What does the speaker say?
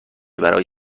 برای